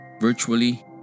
virtually